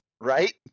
right